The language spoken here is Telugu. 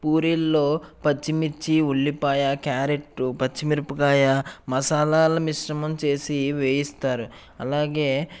పూరీల్లో పచ్చిమిర్చి ఉల్లిపాయ క్యారెట్ పచ్చిమిరపకాయ మసాలాల మిశ్రమం చేసి వేయిస్తారు అలాగే